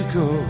go